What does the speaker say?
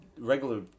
regular